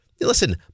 Listen